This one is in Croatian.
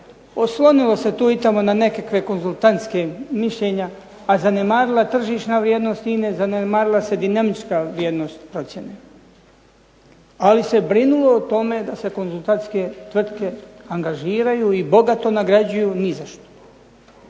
oslonilo se tu i tamo na nekakve konzultantska mišljenja, a zanemarila se tržišna vrijednost INA-e, zanemarila se dinamička vrijednost procjene. Ali se brinulo o tome da se konzultantske tvrtke angažiraju i bogato nagrađuju nizašto,